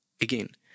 Again